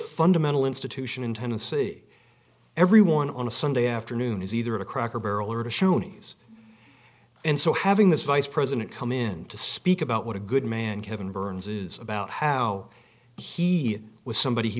fundamental institution in tennessee everyone on a sunday afternoon is either a cracker barrel or to shoney's and so having this vice president come in to speak about what a good man kevin burns is about how he was somebody he